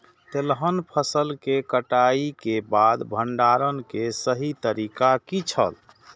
तेलहन फसल के कटाई के बाद भंडारण के सही तरीका की छल?